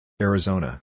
Arizona